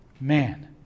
man